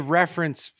reference